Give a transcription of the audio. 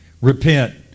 Repent